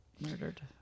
murdered